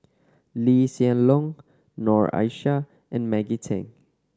Lee Hsien Loong Noor Aishah and Maggie Teng